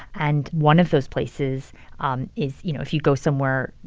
and one of those places um is you know, if you go somewhere,